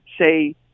say